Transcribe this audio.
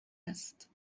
است